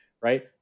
right